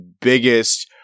biggest